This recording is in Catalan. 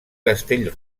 castell